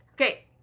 Okay